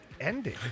ending